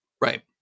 Right